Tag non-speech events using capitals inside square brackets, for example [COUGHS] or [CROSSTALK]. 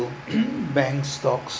local [COUGHS] bank stocks